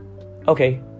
okay